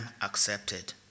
accepted